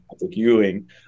Ewing